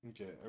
Okay